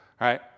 right